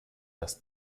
das